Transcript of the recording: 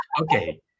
Okay